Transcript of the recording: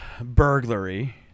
burglary